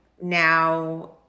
now